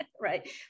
Right